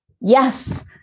Yes